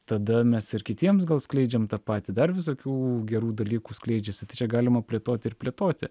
tada mes ir kitiems gal skleidžiam tą patį dar visokių gerų dalykų skleidžiasi galima plėtoti ir plėtoti